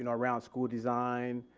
and around school design,